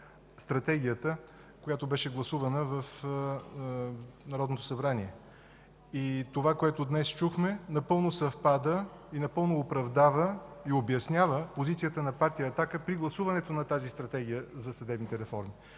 Стратегията, която беше гласувана в Народното събрание. Това, което днес чухме, напълно съвпада, напълно оправдава и обяснява позицията на Партия „Атака” при гласуването на Стратегията за съдебната реформа.